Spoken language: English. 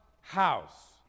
house